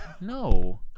no